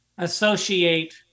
associate